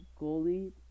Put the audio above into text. goalie